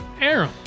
aaron